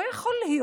לא יכול להיות.